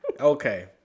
okay